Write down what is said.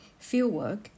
fieldwork